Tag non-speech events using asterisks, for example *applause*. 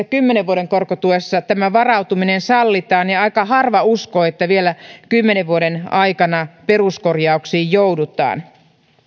*unintelligible* kymmenen vuoden korkotuessa tämä varautuminen sallitaan ja aika harva uskoo että vielä kymmenen vuoden aikana peruskorjauksiin joudutaan